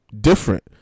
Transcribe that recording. different